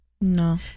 No